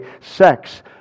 sex